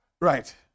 Right